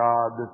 God